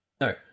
no